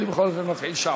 אני בכל אופן מפעיל שעון.